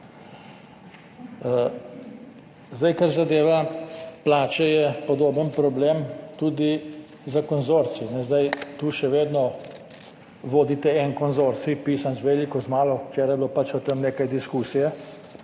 zakon. Kar zadeva plače je podoben problem tudi za konzorcij. Zdaj tu še vedno vodite en konzorcij, pisan z veliko, z malo. Včeraj je bilo pač o tem nekaj diskusije.